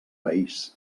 país